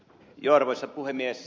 arvoisa puhemies